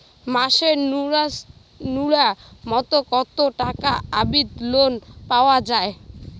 মাসে নূন্যতম কতো টাকা অব্দি লোন পাওয়া যায়?